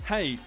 Hey